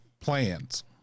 plans